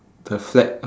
the flag